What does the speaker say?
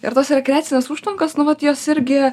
ir tos rekreacinės užtvankos nu vat jos irgi